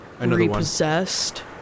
repossessed